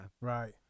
right